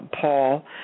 Paul